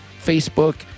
Facebook